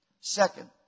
Second